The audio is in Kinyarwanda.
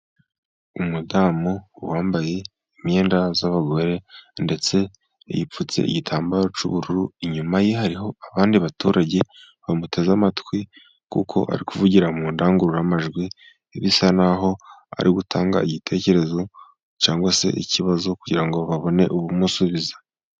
Umudamu wambaye imyenda y'abagore, ndetse yipfutse igitambaro cy'ubururu. Inyuma ye hariho abandi baturage bamuteze amatwi, kuko ari kuvugira mu ndangururamajwi. Bisa n'aho ari gutanga igitekerezo cyangwa se ikibazo kugira ngo babone ubumusubiza.